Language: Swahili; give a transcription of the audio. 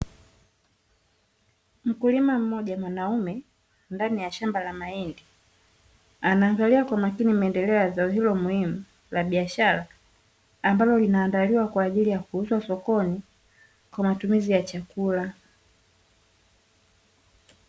Mkulima mmoja mwanaume ndani ya shamba la mahindi anaangalia kwa makini maendeleo ya zao hilo muhimu la biashara ambalo linaandaliwa kwa ajili ya kuuzwa sokoni kwa matumizi ya chakula .